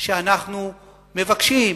שאנחנו מבקשים,